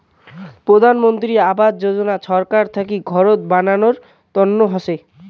প্রধান মন্ত্রী আবাস যোজনা ছরকার থাকি ঘরত বানাবার তন্ন হসে